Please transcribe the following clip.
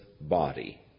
body